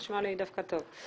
זה נשמע לי דווקא טוב.